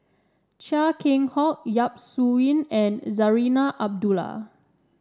Chia Keng Hock Yap Su Yin and Zarinah Abdullah